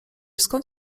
skąd